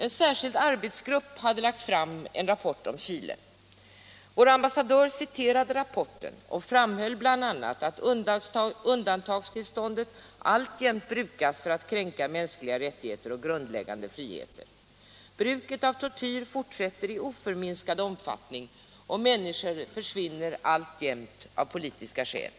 En särskild arbetsgrupp hade lagt fram en rapport om Chile. Vår ambassadör citerade rapporten och framhöll bl.a. att undantagstillståndet alltjämt brukas för att kränka mänskliga rättigheter och grundläggande friheter. Bruket av tortyr fortsätter i oförminskad omfattning, människor försvinner alltjämt av politiska skäl.